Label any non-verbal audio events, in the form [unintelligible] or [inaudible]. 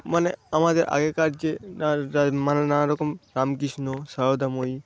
মানে আমাদের আগেকার যে [unintelligible] মানে নানারকম রামকৃষ্ণ সারদাময়ী